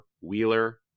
Wheeler